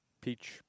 peach